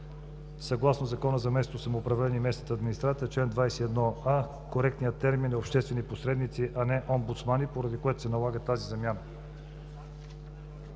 Съгласно Закона за местното самоуправление и местната администрация, чл. 21а, коректният термин е „обществени посредници“, а не „омбудсмани“, поради което се налага тази замяна.